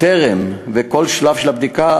טרם ובכל שלב של הבדיקה,